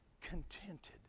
contented